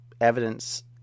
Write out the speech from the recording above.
evidence